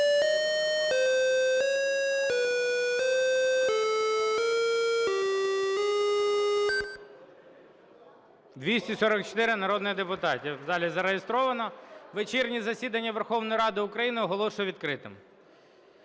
244 народних депутати в залі зареєстровано. Вечірнє засідання Верховної Ради України оголошую відкритим.